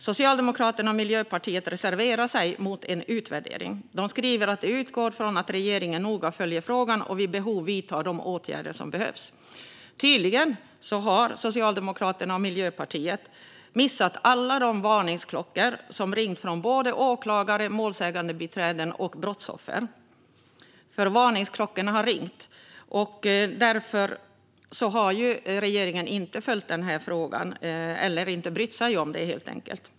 Socialdemokraterna och Miljöpartiet reserverar sig mot en utvärdering. De skriver att de utgår från att regeringen noga följer frågan och vid behov vidtar de åtgärder som behövs. Tydligen har Socialdemokraterna och Miljöpartiet missat alla varningsklockor som ringt från både åklagare, målsägandebiträden och brottsoffer. För varningsklockor har ringt. Därmed har regeringen inte följt den här frågan eller helt enkelt inte brytt sig om den.